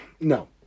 No